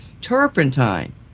turpentine